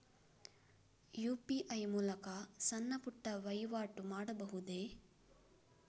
UPI ಮೂಲಕ ಸಣ್ಣ ಪುಟ್ಟ ವಹಿವಾಟು ಮಾಡಬಹುದೇ?